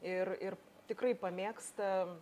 ir ir tikrai pamėgsta m